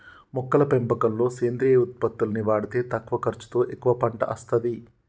మొక్కల పెంపకంలో సేంద్రియ ఉత్పత్తుల్ని వాడితే తక్కువ ఖర్చుతో ఎక్కువ పంట అస్తది